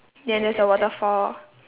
ya there's a waterfall